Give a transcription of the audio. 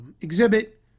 exhibit